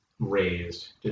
raised